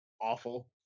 awful